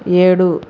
ఏడు